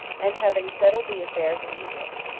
and having settled the affairs of egypt,